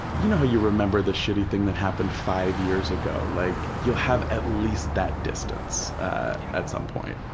you know how you remember the shitty thing that happened five years ago, like you'll have at least that distance at some point,